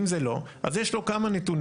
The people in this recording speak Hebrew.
אם זה לא, אז יש לו כמה נתונים.